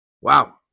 Wow